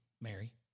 Mary